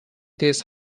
this